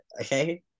okay